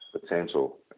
potential